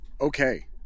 Okay